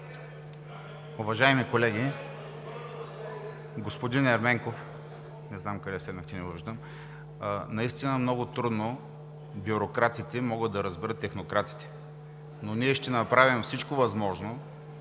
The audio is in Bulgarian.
Уважаеми колеги! Господин Ерменков, не знам къде седнахте, не го виждам, наистина много трудно бюрократите могат да разберат технократите, но ние ще направим всичко възможно,